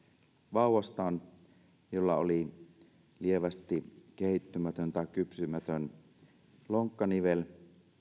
vauvastaan jolla oli lievästi kypsymätön lonkkanivel